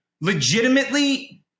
legitimately